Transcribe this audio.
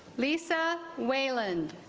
lisa whalen